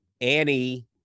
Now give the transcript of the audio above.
Annie